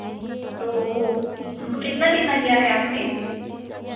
तो कितनाकितना लिया है आपने